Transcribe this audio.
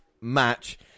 match